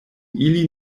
ili